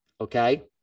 okay